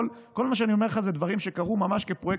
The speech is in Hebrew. כל מה שאני אומר לך אלה דברים שקרו ממש כפרויקטים,